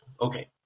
Okay